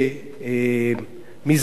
מי זה היה?